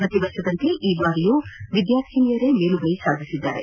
ಪ್ರತಿವರ್ಷದಂತೆ ಈ ಬಾರಿಯೂ ವಿದ್ಯಾರ್ಥಿನಿಯರೇ ಮೇಲುಗೈ ಸಾಧಿಸಿದ್ದಾರೆ